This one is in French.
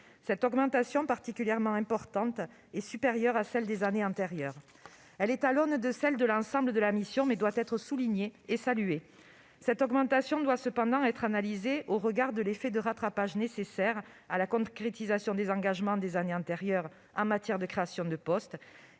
Cette augmentation particulièrement importante est supérieure à celles des années antérieures ; elle est en rapport avec la hausse de l'ensemble de la mission, mais doit être soulignée et saluée. Toutefois, cette augmentation doit être analysée au regard de l'effet de rattrapage nécessaire à la concrétisation des engagements des années antérieures en matière de créations de postes